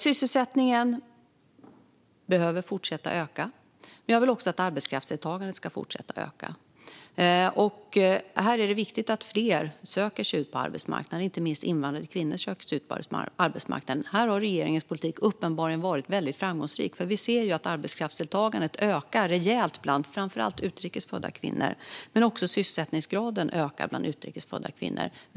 Sysselsättningen behöver fortsätta öka, men jag vill också att arbetskraftsdeltagandet ska fortsätta öka. Det är viktigt att fler, inte minst invandrarkvinnor, söker sig ut på arbetsmarknaden. Här har regeringens politik uppenbarligen varit väldigt framgångsrik, för vi ser att arbetskraftsdeltagandet ökar rejält framför allt bland utrikes födda kvinnor. Sysselsättningsgraden ökar också bland utrikes födda kvinnor.